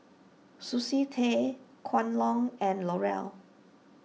Sushi Tei Kwan Loong and L'Oreal